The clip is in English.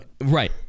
right